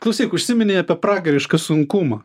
klausyk užsiminei apie pragarišką sunkumą